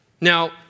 Now